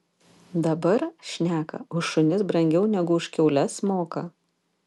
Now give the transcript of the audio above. dabar šneka už šunis brangiau negu už kiaules moka